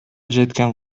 жеткен